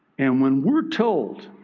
and when we're told